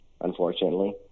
unfortunately